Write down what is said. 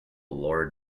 lord